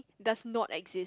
does not exist